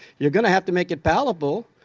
you're going to have to make it palatable,